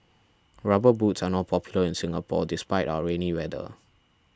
rubber boots are not popular in Singapore despite our rainy weather